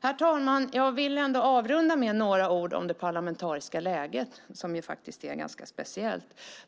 Herr talman! Jag vill avrunda med några ord om det parlamentariska läget, som är ganska speciellt.